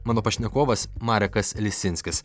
mano pašnekovas marekas lisinskis